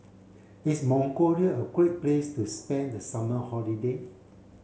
is Mongolia a great place to spend the summer holiday